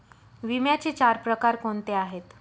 विम्याचे चार प्रकार कोणते आहेत?